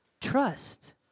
trust